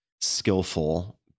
skillful